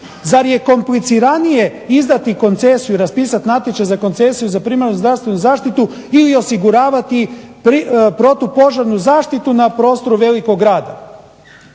Zar je kompliciranije izdati koncesiju, raspisati natječaj za koncesiju za primarnu zdravstvenu zaštitu ili osiguravati protupožarnu zaštitu na prostoru velikog grada.